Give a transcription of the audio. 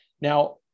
Now